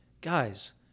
guys